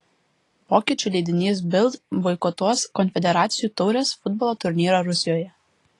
vokiečių leidinys bild boikotuos konfederacijų taurės futbolo turnyrą rusijoje